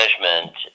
management